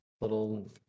little